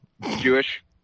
jewish